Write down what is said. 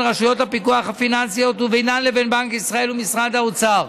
רשויות הפיקוח הפיננסיות ובינן לבין בנק ישראל ומשרד האוצר,